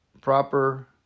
proper